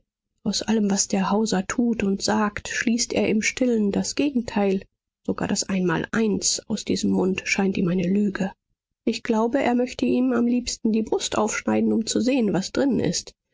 aus allem was der hauser tut und sagt schließt er im stillen das gegenteil sogar das einmaleins aus diesem mund scheint ihm eine lüge ich glaube er möchte ihm am liebsten die brust aufschneiden um zu sehen was drinnen ist